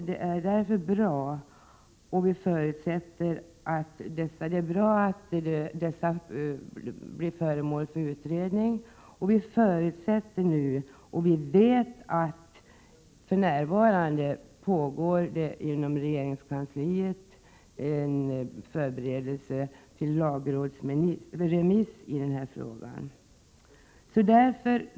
Det är bra att dessa brister blir föremål för utredningar, och vi vet att det för närvarande inom regeringskansliet pågår förberedelser för lagrådsremiss i frågan.